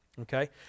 Okay